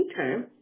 Okay